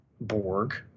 borg